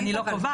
אני לא קובעת.